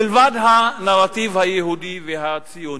מלבד הנרטיב היהודי והציוני.